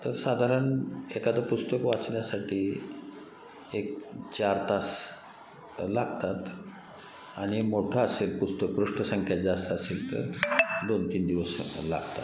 तर साधारण एखादं पुस्तक वाचण्यासाठी एक चार तास लागतात आणि मोठं असेल पुस्तक पृष्ठ संख्या जास्त असेल तर दोन तीन दिवस लागतात